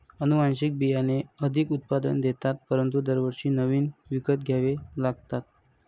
अनुवांशिक बियाणे अधिक उत्पादन देतात परंतु दरवर्षी नवीन विकत घ्यावे लागतात